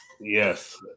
Yes